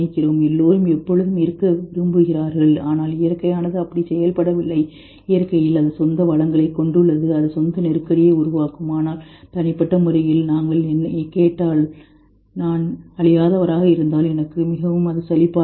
எல்லோரும் எப்பொழுதும் இருக்க விரும்புகிறார்கள் ஆனால் இயற்கையானது அப்படி செயல்படவில்லை இயற்கையில் அது சொந்த வளங்களைக் கொண்டுள்ளது அது சொந்த நெருக்கடியை உருவாக்கும் ஆனால் தனிப்பட்ட முறையில் நீங்கள் என்னைக் கேட்டால் நான் அழியாதவராக இருந்தால் எனக்கு மிகவும் சலிப்பாகிவிடும்